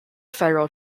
federal